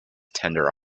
tender